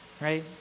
right